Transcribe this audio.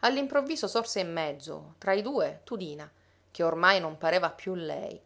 all'improvviso sorse in mezzo tra i due tudina che ormai non pareva più lei